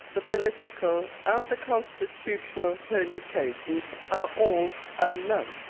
the political, and the constitutional permutations are all unknown.